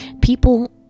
People